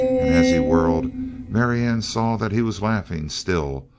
and as he whirled marianne saw that he was laughing still,